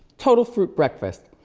total fruit breakfast.